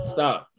Stop